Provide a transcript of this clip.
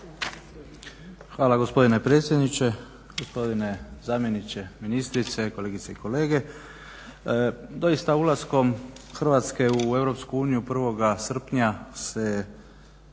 Hvala gospodine predsjedniče. Gospodine zamjeniče ministrice, kolegice i kolege. Doista ulaskom Hrvatske u EU 1.srpnja se